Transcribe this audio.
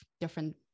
different